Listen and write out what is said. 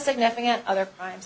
significant other times